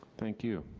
thank you.